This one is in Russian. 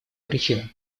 причинам